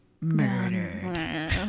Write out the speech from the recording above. murdered